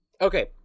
Okay